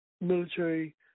military